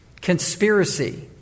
conspiracy